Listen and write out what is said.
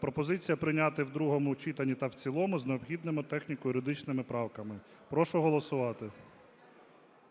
Пропозиція прийняти в другому читанні та в цілому з необхідними техніко-юридичними правками. Прошу голосувати.